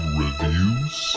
reviews